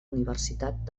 universitat